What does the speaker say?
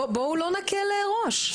בואו לא נקל ראש.